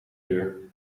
uur